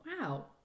wow